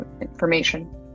information